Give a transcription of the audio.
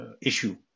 issue